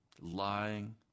Lying